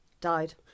Died